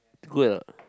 good or not